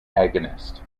agonist